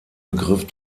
begriff